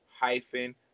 hyphen